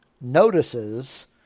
notices